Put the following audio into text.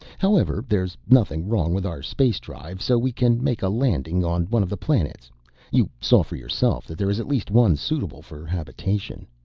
however there's nothing wrong with our space drive, so we can make a landing on one of the planets you saw for yourself that there is at least one suitable for habitation.